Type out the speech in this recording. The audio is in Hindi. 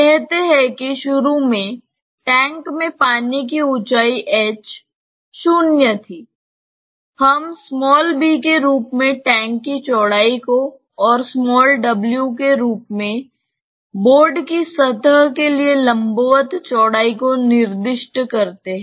कहते हैं कि शुरू में टैंक में पानी की ऊंचाई h 0 थी हम b के रूप में टैंक की चौड़ाई को और w के रूप में बोर्ड की सतह के लिए लंबवत चौड़ाई को निर्दिष्ट करते हैं